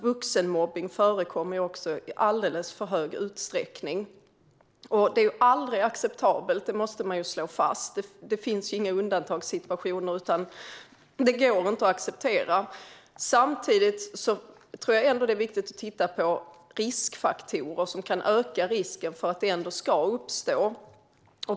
Vuxenmobbning förekommer i alldeles för stor utsträckning. Det är aldrig acceptabelt. Det måste man slå fast: Det finns inga undantagssituationer, utan det går inte att acceptera. Samtidigt tror jag att det är viktigt att titta på faktorer som kan öka risken för att det uppstår.